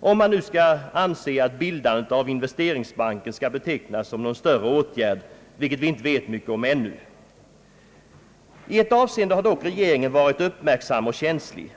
om man nu skall anse att bildandet av investeringsbanken skall betecknas som någon större åtgärd, vilket vi inte vet mycket om ännu. I ett avseende har dock regeringen varit uppmärksam och känslig.